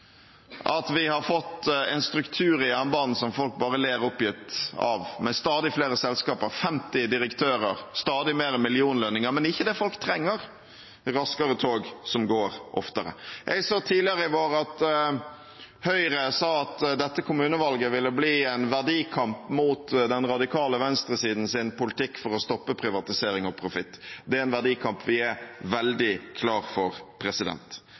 at vi har fått en struktur i jernbanen som folk bare ler oppgitt av, med stadig flere selskaper, 50 direktører og stadig flere millionlønninger, men ikke det folk trenger: raskere tog som går oftere. Jeg så tidligere i vår at Høyre sa at dette kommunevalget ville bli en verdikamp mot den radikale venstresidens politikk for å stoppe privatisering og profitt. Det er en verdikamp vi er veldig klar for.